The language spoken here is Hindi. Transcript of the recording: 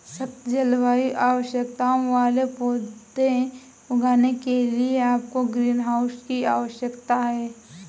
सख्त जलवायु आवश्यकताओं वाले पौधे उगाने के लिए आपको ग्रीनहाउस की आवश्यकता है